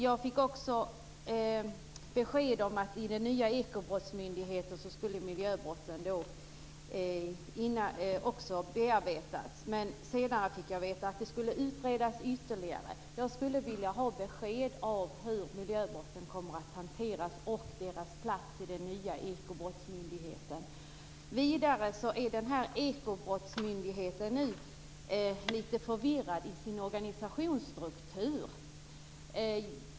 Jag fick besked om att i den nya ekobrottsmyndigheten skulle också miljöbrotten behandlas. Senare fick jag veta att frågan skulle utredas ytterligare. Jag skulle vilja ha besked om hur miljöbrotten kommer att hanteras och deras plats i den nya ekobrottsmyndigheten. Vidare är ekobrottsmyndigheten litet förvirrad i sin organisationsstruktur.